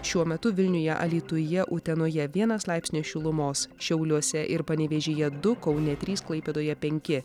šiuo metu vilniuje alytuje utenoje vienas laipsnis šilumos šiauliuose ir panevėžyje du kaune trys klaipėdoje penki